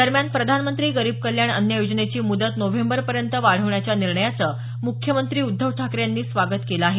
दरम्यान प्रधानमंत्री गरीब कल्याण अन्न योजनेची मुदत नोव्हेंबरपर्यंत वाढवण्याच्या निर्णयाचं मुख्यमंत्री उद्धव ठाकरे यांनी स्वागत केलं आहे